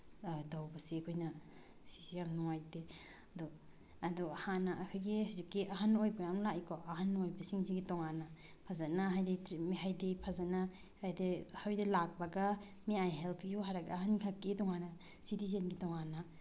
ꯇꯧꯕꯁꯤ ꯑꯩꯈꯣꯏꯅ ꯑꯁꯤꯁꯨ ꯌꯥꯝ ꯅꯨꯡꯉꯥꯏꯇꯦ ꯑꯗꯨ ꯑꯗꯨ ꯍꯥꯟꯅ ꯑꯩꯈꯣꯏꯒꯤ ꯍꯧꯖꯤꯛꯀꯤ ꯑꯍꯟ ꯑꯣꯏꯕ ꯌꯥꯝ ꯂꯥꯛꯏꯀꯣ ꯑꯍꯟ ꯑꯣꯏꯕꯁꯤꯡꯁꯦ ꯇꯣꯉꯥꯟꯅ ꯐꯖꯅ ꯍꯥꯏꯗꯤ ꯍꯥꯏꯗꯤ ꯐꯖꯅ ꯍꯥꯏꯗꯤ ꯍꯣꯏꯗ ꯂꯥꯛꯂꯒ ꯃꯦ ꯑꯥꯏ ꯍꯦꯜꯞ ꯌꯨ ꯍꯥꯏꯔꯒ ꯑꯍꯟꯈꯛꯀꯤ ꯇꯣꯉꯥꯟꯅ ꯁꯤꯇꯤꯖꯦꯟꯒꯤ ꯇꯣꯉꯥꯟꯅ